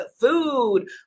food